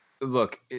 Look